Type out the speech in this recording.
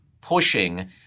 pushing